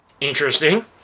Interesting